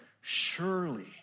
Surely